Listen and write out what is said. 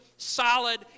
solid